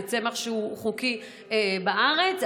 בצמח שהוא חוקי בארץ,